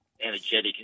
energetic